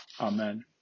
Amen